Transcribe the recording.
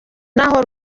naho